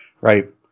right